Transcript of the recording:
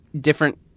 different